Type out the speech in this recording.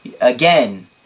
Again